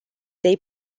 they